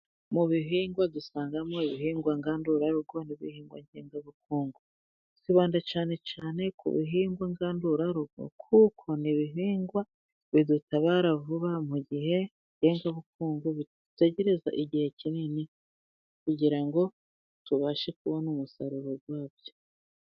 Mu bihingwa dusangamo ibihingwa ngandurarugo n'ibihingwa ngengabukungu, twibanda cyane cyane ku bihingwa ngandurarugo kuko ni ibihingwa bidutabara vuba mu gihe ngengabukungu dutegereza igihe kinini kugira ngo tubashe kubona umusaruro wabyo.